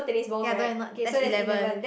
ya don't have not that's eleven